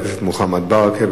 חבר הכנסת מוחמד ברכה,